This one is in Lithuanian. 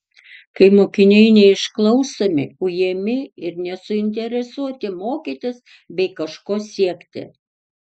kai mokiniai neišklausomi ujami ir nesuinteresuoti mokytis bei kažko siekti